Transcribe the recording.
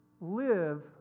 live